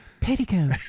Petticoat